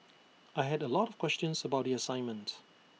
I had A lot of questions about the assignment